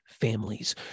families